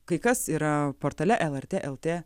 kai kas yra portale lrt lt